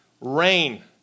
rain